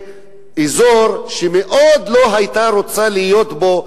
לאזור שהיא מאוד לא היתה רוצה להיות בו.